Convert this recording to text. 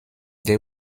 they